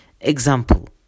Example